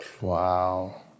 Wow